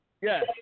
yes